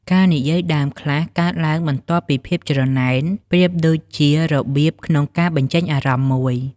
ការនិយាយដើមខ្លះកើតឡើងបន្ទាប់ពីភាពច្រណែន ប្រៀបដូចជារបៀបក្នុងការបញ្ចេញអារម្មណ៍មួយ។